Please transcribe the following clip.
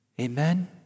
Amen